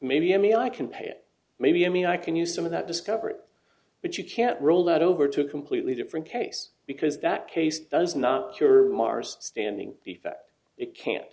maybe i mean i can pay it maybe i mean i can use some of that discovery but you can't rule that over to a completely different case because that case does not cure mars standing the fact it can't